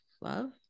love